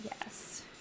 Yes